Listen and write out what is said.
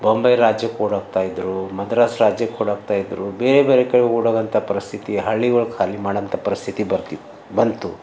ಬೊಂಬೈ ರಾಜ್ಯಕ್ಕೆ ಓಡೋಗ್ತಾ ಇದ್ರು ಮದ್ರಾಸ್ ರಾಜ್ಯಕ್ಕೆ ಓಡೋಗ್ತಾ ಇದ್ರು ಬೇರೆ ಬೇರೆ ಕಡೆ ಓಡೋಗ್ವಂಥ ಪರಿಸ್ಥಿತಿ ಹಳ್ಳಿಗಳ್ ಖಾಲಿ ಮಾಡಂಥ ಪರಿಸ್ಥಿತಿ ಬರ್ತಿತ್ತು ಬಂತು